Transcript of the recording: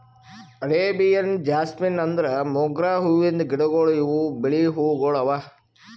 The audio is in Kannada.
ಅರೇಬಿಯನ್ ಜಾಸ್ಮಿನ್ ಅಂದುರ್ ಮೊಗ್ರಾ ಹೂವಿಂದ್ ಗಿಡಗೊಳ್ ಇವು ಬಿಳಿ ಹೂವುಗೊಳ್ ಅವಾ